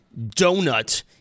donut